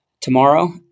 tomorrow